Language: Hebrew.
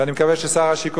ואני מקווה ששר השיכון,